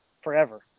Forever